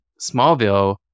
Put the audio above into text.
Smallville